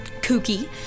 kooky